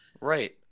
Right